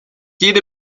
jede